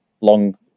long